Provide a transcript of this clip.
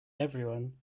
everyone